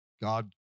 God